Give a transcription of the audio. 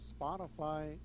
Spotify